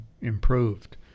improved